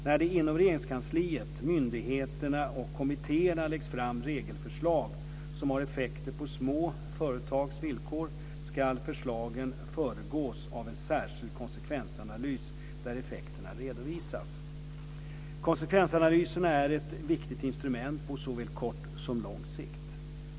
När det inom Regeringskansliet, myndigheterna och kommittéerna läggs fram regelförslag som har effekter på små företags villkor, ska förslagen föregås av en särskild konsekvensanalys där effekterna redovisas. Konsekvensanalyserna är ett viktigt instrument på såväl kort som lång sikt.